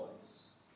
place